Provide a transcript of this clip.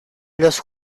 los